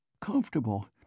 comfortable